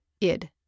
ID